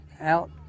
out